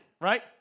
right